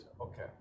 Okay